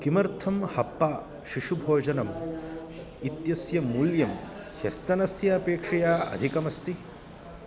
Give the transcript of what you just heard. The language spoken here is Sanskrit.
किमर्थं हप्पा शिशुभोजनम् इत्यस्य मूल्यं ह्यस्तनस्य अपेक्षया अधिकमस्ति